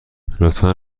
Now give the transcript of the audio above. لطفا